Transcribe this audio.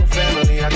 family